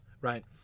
Right